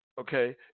Okay